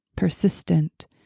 persistent